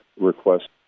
request